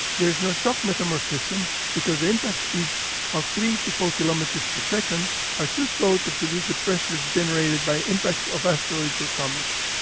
there is no shock metamorphism because the impact speeds of three to four kilometers per second are too slow to produce the pressures generated by impacts of asteroids or comets.